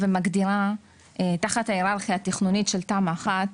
ומגדירה תחת ההיררכיה התכנונית של תמ"א1,